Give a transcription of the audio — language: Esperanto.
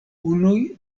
unuj